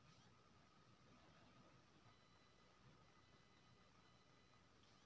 खादक उपयोग, खेत पटेनाइ आ मौसमक पूर्वानुमान डाटा एनालिसिस माध्यमसँ होइ छै